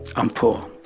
i'm poor.